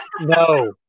no